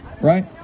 right